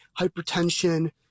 hypertension